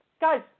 Guys